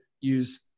use